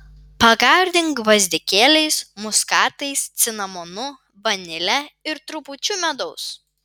pagardink gvazdikėliais muskatais cinamonu vanile ir trupučiu medaus